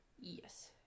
Yes